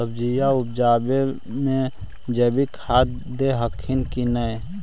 सब्जिया उपजाबे मे जैवीक खाद दे हखिन की नैय?